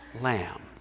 Lamb